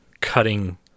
cutting